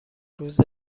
روز